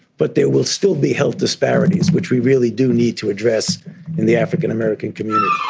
but there will still be health disparities, which we really do need to address in the african-american community